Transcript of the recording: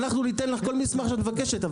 אנחנו ניתן לך כל מסמך שאת מבקשת,